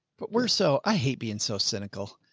but we're so, i hate being so cynical,